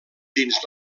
dins